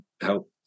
help